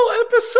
episode